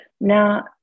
Now